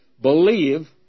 Believe